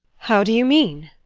how do you mean?